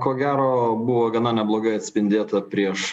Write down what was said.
ko gero buvo gana neblogai atspindėta prieš